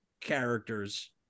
characters